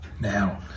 now